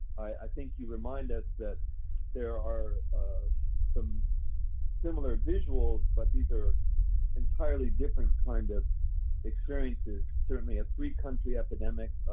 i think you remind us that there are some similar visuals. but these are entirely different kinds of experiences certainly a three-country epidemic.